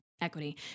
equity